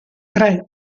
tre